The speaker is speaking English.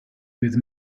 with